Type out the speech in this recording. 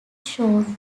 shown